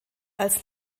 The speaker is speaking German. als